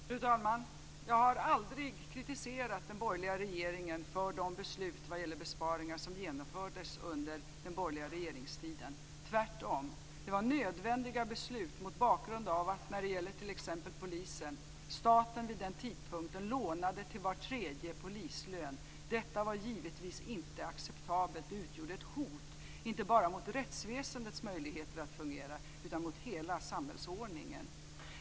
Fru talman! Jag har aldrig kritiserat den borgerliga regeringen för de beslut vad gäller besparingar som genomfördes under den borgerliga regeringstiden - tvärtom. Det var nödvändiga beslut mot bakgrund av att staten, t.ex. när det gäller polisen, vid den tidpunkten lånade till var tredje polislön. Detta var givetvis inte acceptabelt och utgjorde ett hot, inte bara mot rättsväsendets möjligheter att fungera utan mot hela samhällsordningen.